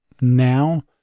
now